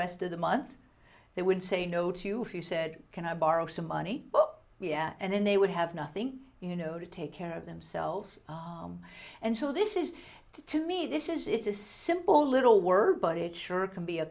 rest of the month they would say no to for you said can i borrow some money yeah and then they would have nothing you know to take care of themselves and so this is to me this is it's a simple little word but it sure can be a